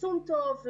ליישום טוב,